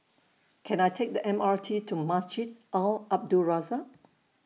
Can I Take The M R T to Masjid Al Abdul Razak